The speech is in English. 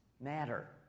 matter